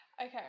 Okay